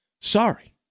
Sorry